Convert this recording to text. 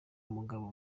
umugabo